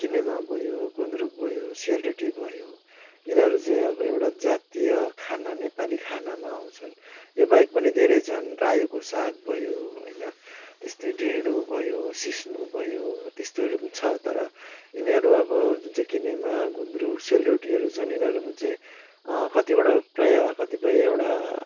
किनेमा भयो गुन्द्रुक भयो सेलरोटी भयो यिनीहरू चाहिँ अब एउटा जातीय खाना नेपाली खानामा आउँछ यो बाहेक पनि धेरै छन् रायोको साग भयो होइन जस्तै ढेँढो भयो सिस्नु भयो त्यस्तोहरू पनि छ तर यिनीहरू अब जुन चाहिँ किनेमा गुन्द्रुक सेलरोटीहरू छ नि यिनीहरू चाहिँ कतिवटा प्रायः कतिपय एउटा